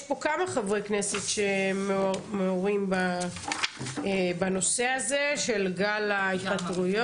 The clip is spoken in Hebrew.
יש פה כמה חברי כנסת שמעורים בנושא הזה של גל ההתפטרויות.